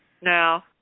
No